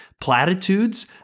platitudes